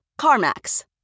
CarMax